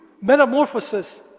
metamorphosis